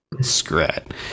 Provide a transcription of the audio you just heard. Scrat